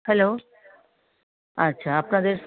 hello আচ্ছা আপনাদের